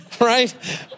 Right